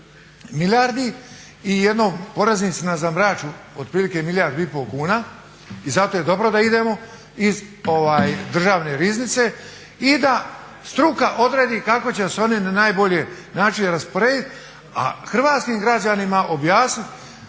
milijardi i jednom poreznicima …/Govornik se ne razumije./… otprilike milijardu i pol kuna i zato je dobro da idemo iz Državne riznice i da struka odredbi kako će se oni na najbolji način rasporediti, a hrvatskim građanima objasniti.